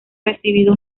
recibido